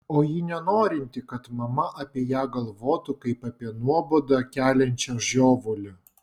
o ji nenorinti kad mama apie ją galvotų kaip apie nuobodą keliančią žiovulį